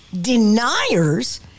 deniers